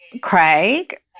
Craig